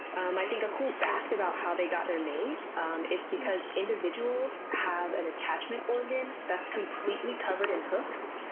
um i think a cool fact about how they got their name um is because individuals have an attachment organ that's completely covered in hooks,